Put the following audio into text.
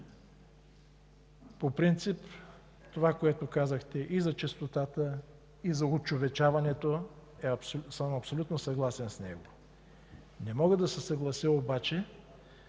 По принцип това, което казахте и за честотата, и за очовечаването, съм абсолютно съгласен с него. Не мога да се съглася обаче